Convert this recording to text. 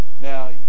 Now